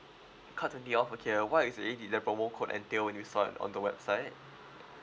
cut twenty off okay uh what is it did the promo code entail when used on on the website